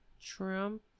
Trump